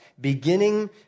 beginning